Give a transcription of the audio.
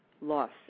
loss